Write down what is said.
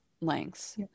lengths